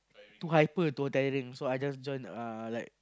too hyper too tiring so I just join uh like